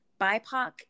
BIPOC